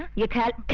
look at